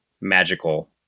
Magical